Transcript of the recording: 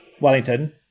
Wellington